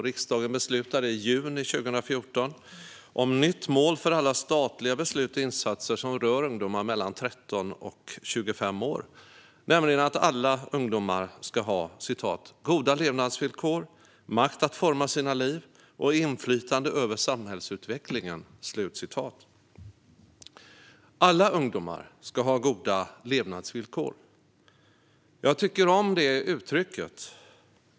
Riksdagen beslutade i juni 2014 om nytt mål för alla statliga beslut och insatser som rör ungdomar i åldern 13-25 år: "Alla ungdomar ska ha goda levnadsvillkor, makt att forma sina liv och inflytande över samhällsutvecklingen". Alla ungdomar ska ha goda levnadsvillkor. Jag tycker om det uttrycket.